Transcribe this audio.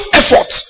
effort